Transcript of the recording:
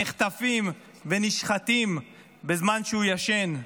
נחטפים ונשחטים בזמן שהוא ישן.